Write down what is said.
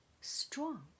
strong